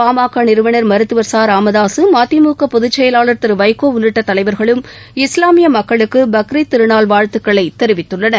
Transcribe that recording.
பாமக நிறுவனர் மருத்துவர் ச ராமதாக மதிமுக பொதுச்செயவாளர் திரு வைகோ உள்ளிட்ட தலைவர்களும் இஸ்லாமிய மக்களுக்கு பக்ரீத் திருநாள் வாழ்த்துக்களை தெரிவித்துள்ளனர்